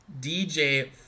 DJ